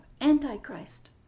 antichrist